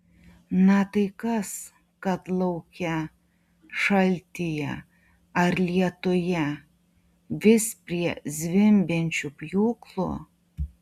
na tai kas kad lauke šaltyje ar lietuje vis prie zvimbiančių pjūklų